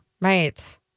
Right